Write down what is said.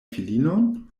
filinon